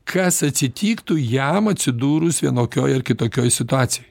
kas atsitiktų jam atsidūrus vienokioj ar kitokioj situacijoj